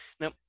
Now